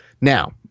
Now